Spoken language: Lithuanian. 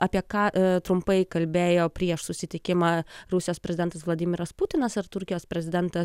apie ką trumpai kalbėjo prieš susitikimą rusijos prezidentas vladimiras putinas ir turkijos prezidentas